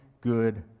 good